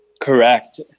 Correct